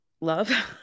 love